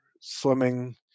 swimming